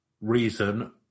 reason